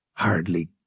hardly